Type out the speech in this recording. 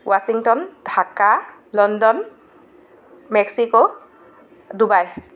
Washington Dhaka London Mexico Dubai